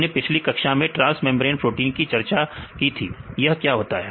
हमने पिछली कक्षा में ट्रांस मेंब्रेन प्रोटीन की चर्चा की थी यह क्या होता है